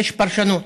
יש פרשנות.